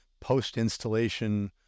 post-installation